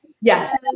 Yes